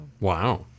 Wow